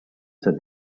said